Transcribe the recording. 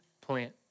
plant